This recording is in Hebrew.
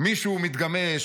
מישהו מתגמש,